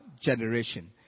generation